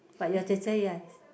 but your 姐姐：jie jie yes